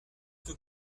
que